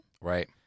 Right